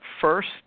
first